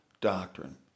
doctrine